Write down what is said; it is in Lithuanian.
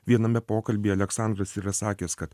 viename pokalbyje aleksandras yra sakęs kad